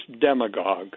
demagogue